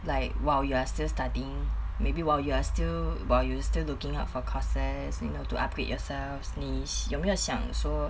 like while you are still studying maybe while you are still while you still looking up for courses you know to upgrade yourselves 你有没有想说